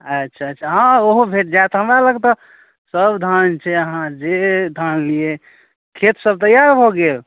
अच्छा अच्छा हाँ ओहो भेटि जाएत हमरालग तऽ सब धान छै अहाँ जे धान लिए खेतसब तैआर भऽ गेल